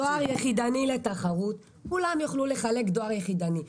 פתיחת דואר יחידני לתחרות כולם יוכלו לחלק דואר יחידני.